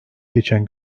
geçen